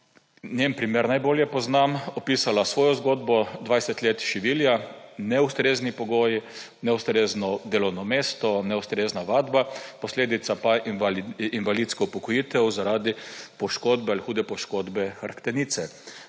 njen primer najbolje poznam – opisala svojo zgodbo: 20 let šivilja, neustrezni pogoji, neustrezno delovno mesto, neustrezna vadba, posledica pa invalidska upokojitev zaradi poškodbe ali hude poškodbe hrbtenice.